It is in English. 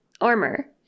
armor